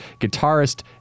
guitarist